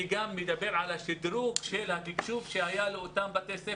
אני גם מדבר על השדרוג של התקשוב שהיה לאותם בתי ספר